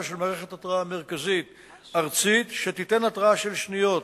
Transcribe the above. של מערכת התרעה מרכזית ארצית שתיתן התרעה של שניות,